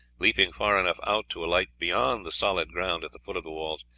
leaping far enough out to alight beyond the solid ground at the foot of the walls,